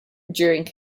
during